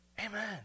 amen